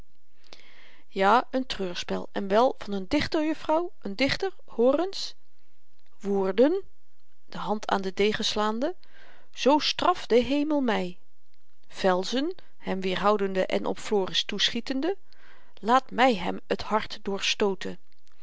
ja n treurspel en wel van n dichter juffrouw n dichter hoor eens woerden de hand aan den degen slaande zoo straff de hemel my velzen hem weerhoudende en op floris toeschietende laat my hem t hart